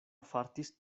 fartis